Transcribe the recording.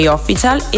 Official